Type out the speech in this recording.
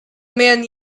man